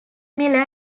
miller